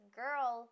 girl